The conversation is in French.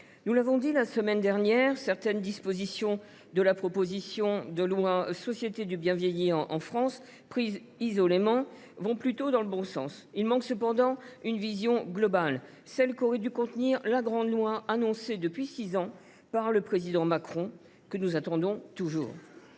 nous l’avons dit la semaine dernière : certaines dispositions de la proposition de loi portant mesures pour bâtir la société du bien vieillir en France, prises isolément, vont plutôt dans le bon sens. Il manque cependant une vision globale, celle qu’aurait dû contenir la grande loi annoncée depuis six ans par le Président Macron, texte que nous attendons toujours.